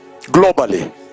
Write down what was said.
Globally